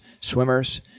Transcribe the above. swimmers